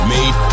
Made